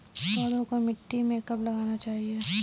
पौधों को मिट्टी में कब लगाना चाहिए?